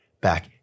back